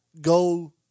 go